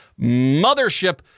mothership